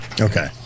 Okay